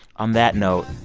on that note,